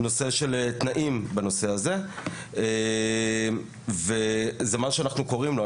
נושא של תנאים בנושא הזה וזה מה שאנחנו קוראים לו,